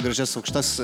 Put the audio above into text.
gražias aukštas